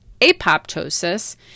Apoptosis